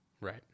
Right